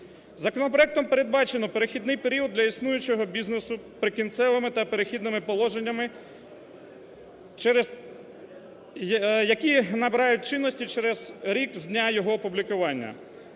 Законопроектом передбачено перехідний період для існуючого бізнесу "Прикінцевими" та "Перехідними положеннями", які набирають чинності через рік з дня його опублікування.